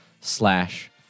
slash